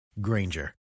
Granger